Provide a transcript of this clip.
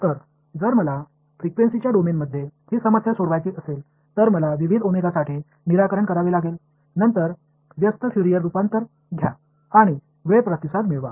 तर जर मला फ्रिक्वेन्सी च्या डोमेनमध्ये ही समस्या सोडवायची असेल तर मला विविध ओमेगासाठी निराकरण करावे लागेल नंतर व्यस्त फूरियर रूपांतर घ्या आणि वेळ प्रतिसाद मिळवा